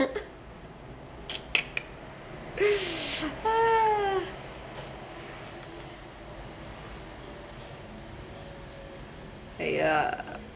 !aiya!